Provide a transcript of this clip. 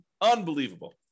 Unbelievable